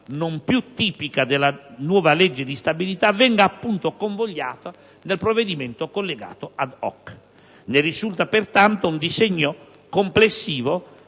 non più tipica della nuova legge di stabilità, venga appunto convogliata nel provvedimento collegato *ad hoc*. Ne risulta pertanto un disegno complessivo